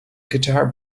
guitar